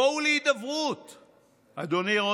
בואו להידברות.